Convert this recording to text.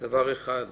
דבר אחד,